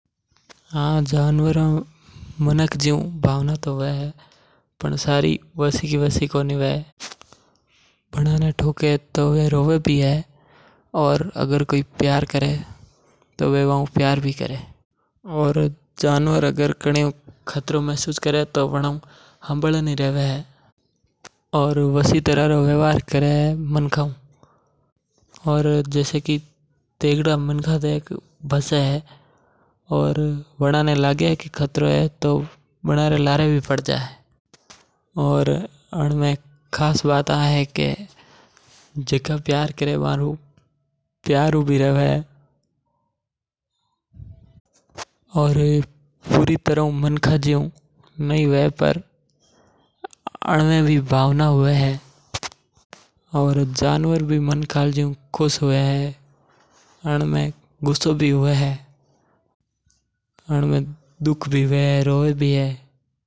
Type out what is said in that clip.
देखो सा हुक्म जानवरा में भी इंसाणा यू भावना तो हवे पर सारी वासी की वासी कोनी हवे। वाणे कोई मारे तो वे रोवे भी है और कोई प्यार करे तो वे प्यार भी करे। जैसे कि टेगड़ा मनका ने देख भासे भी है पर वणा हु प्यार भी करे। और जानवर वफादार भी घणा हवे।